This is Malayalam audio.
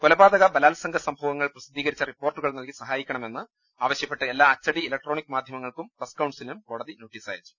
കൊലപാതക ബലാത്സംഗ സംഭവങ്ങൾ പ്രസിദ്ധീകരിച്ച റിപ്പോർട്ടുകൾ നൽകി സഹായിക്കണമെന്ന് ആവശ്യപ്പെട്ട് എല്ലാ അച്ചടി ഇലക്ട്രോണിക് മാധ്യമങ്ങൾക്കും പ്രസ് കൌൺസിലിനും കോടതി നോട്ടീസയച്ചു